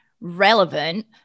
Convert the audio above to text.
relevant